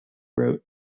wrote